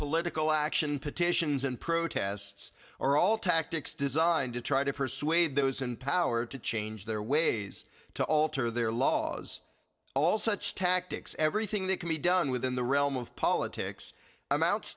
political action petitions and protests are all tactics designed to try to persuade those in power to change their ways to alter their laws all such tactics everything that can be done within the realm of politics amounts